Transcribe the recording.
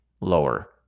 lower